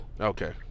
Okay